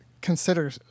consider